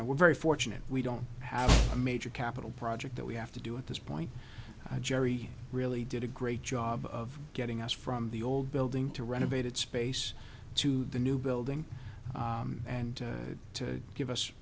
know we're very fortunate we don't have a major capital project that we have to do at this point jerry really did a great job of getting us from the old building to renovated space to the new building and to give us